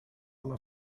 alla